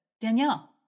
Danielle